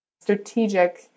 strategic